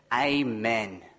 Amen